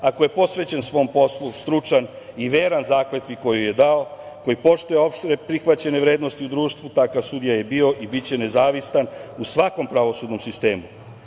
Ako je posvećen svom poslu, stručan i veran zakletvi koju je dao, koji poštuje opšteprihvaćene vrednosti u društvu, takav je sudija bio i biće nezavistan u svakom pravosudnom sistemu.